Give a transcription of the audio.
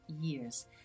years